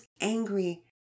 angry